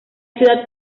ciudad